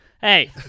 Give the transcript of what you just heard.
Hey